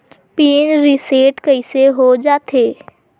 Pin reset कइसे हो जाथे?